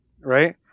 right